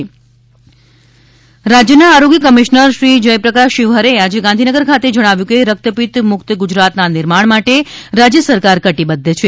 રક્તપિત રાજ્યના આરોગ્ય કમિશ્નર શ્રી જયપ્રકાશ શિવહરેએ આજે ગાંધીનગર ખાતે જણાવ્યું છે કે રક્તપિત્ત મુક્ત ગુજરાતના નિર્માણ માટે રાજ્ય સરકાર કટિબદ્ધ છે